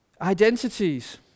identities